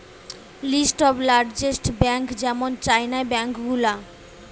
list of largest bank যেমন চাইনার bank গুলা